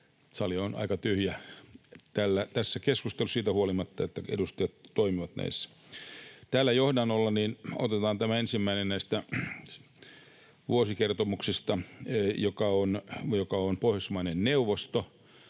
sali on aika tyhjä tässä keskustelussa siitä huolimatta, että edustajat toimivat näissä. Tällä johdannolla otetaan tämä ensimmäinen näistä vuosikertomuksista, joka on Pohjoismaiden neuvoston.